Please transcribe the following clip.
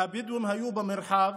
והבדואים היו במרחב,